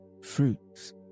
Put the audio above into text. fruits